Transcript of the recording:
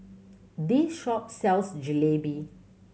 this shop sells Jalebi